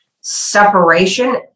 separation